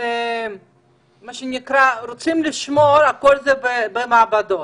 מה שנקרא רוצים לשמור על הכול במעבדות,